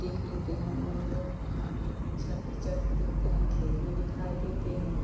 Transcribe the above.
देख लेते हैं मोर वोर यहाँ पे छत पे चढ़ के देखते हैं खेत में दिखाई देते हैं